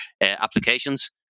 applications